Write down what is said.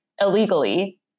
illegally